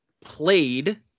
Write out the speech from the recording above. played